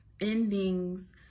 endings